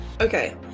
Okay